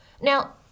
Now